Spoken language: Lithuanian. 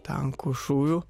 tankų šūvių